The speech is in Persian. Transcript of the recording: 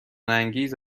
انگیز